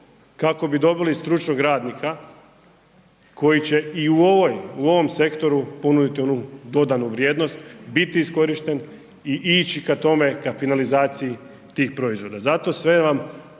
kako bi dobili stručnog radnika koji će i u ovoj, u ovom sektoru ponuditi onu dodanu vrijednost, biti iskorišten i ići ka tome, ka finalizaciji tih proizvoda. Zato sve vam